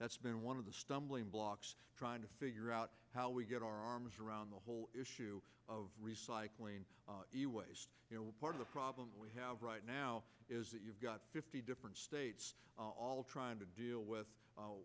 that's been one of the stumbling blocks trying to figure out how we get our arms around the whole issue of recycling you know part of the problem we have right now is that you've got fifty different states all trying to deal with